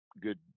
good